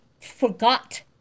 forgot